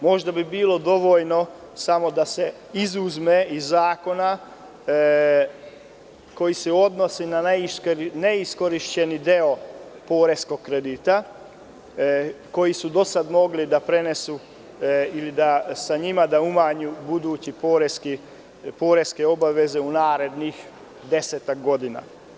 Možda bi bilo dovoljno samo da se izuzmu iz zakona oni koji se odnose na neiskorišćeni deo poreskog kredita koji su do sada mogli da prenesu ili da sa njima umanje buduće poreske obaveze u narednih desetak godina.